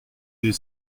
des